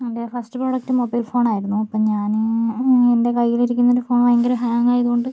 എൻ്റെ first product mobile ഫോണായിരുന്നു അപ്പോൾ ഞാൻ എൻ്റെ കൈയ്യിലിരിക്കുന്ന ഒരു ഫോൺ ഭയങ്കര ഹാങ്ങ് ആയതുകൊണ്ട്